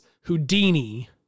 Houdini